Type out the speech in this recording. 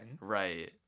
Right